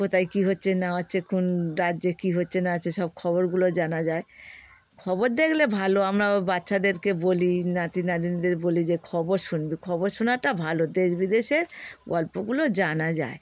কোথায় কী হচ্ছে না হচ্ছে কোন রাজ্যে কী হচ্ছে না হচ্ছে সব খবরগুলো জানা যায় খবর দেখলে ভালো আমরা বাচ্চাদেরকে বলি নাতি নাতনিদের বলি যে খবর শুনবি খবর শোনাটা ভালো দেশ বিদেশের গল্পগুলো জানা যায়